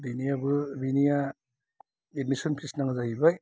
बेनिआबो बेनिआ admission fee नाङा जाहैबाय